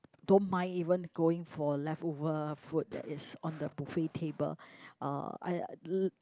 don't mind even going for leftover food that is on the buffet table uh I l~